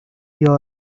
yards